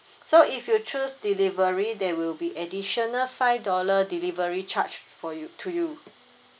so if you choose delivery there will be additional five dollar delivery charge for you to you